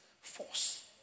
force